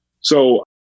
So-